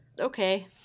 okay